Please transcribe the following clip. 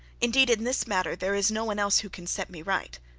indeed, in this matter, there is no one else who can set me right